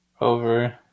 Over